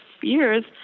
years